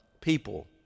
people